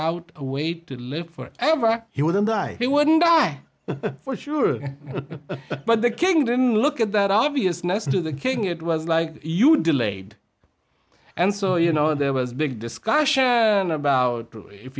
out a way to live for ever he wouldn't die he wouldn't die for sure but the king didn't look at that obviousness to the king it was like you delayed and so you know there was big discussion about if